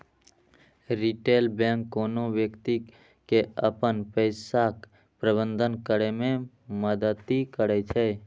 retail bank कोनो व्यक्ति के अपन पैसाक प्रबंधन करै मे मदति करै छै